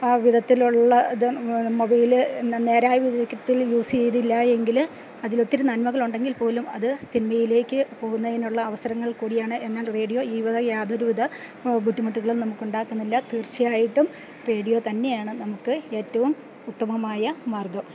ആ വിധത്തിലുള്ളതും മൊബൈല് നേരായ വിധത്തിൽ യൂസ് ചെയ്തില്ലെങ്കില് അതിലൊത്തിരി നന്മകളുണ്ടെങ്കിൽപ്പോലും അത് തിന്മയിലേക്ക് പോകുന്നതിനുള്ള അവസരങ്ങൾ കൂടിയാണ് എന്നാൽ റേഡിയോ ഈ വിധ യാതൊരുവിധ ബുദ്ധിമുട്ടുകളും നമുക്കുണ്ടാക്കുന്നില്ല തീർച്ചയായിട്ടും റേഡിയോ തന്നെയാണ് നമുക്കേറ്റവും ഉത്തമമായ മാർഗ്ഗം